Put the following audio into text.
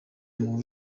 mwumve